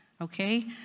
okay